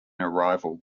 arrival